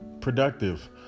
productive